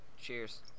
Cheers